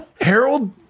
Harold